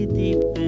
deep